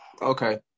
Okay